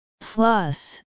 Plus